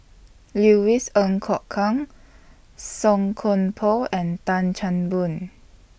Louis Ng Kok Kwang Song Koon Poh and Tan Chan Boon